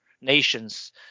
nations